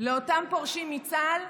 לאותם פורשים מצה"ל: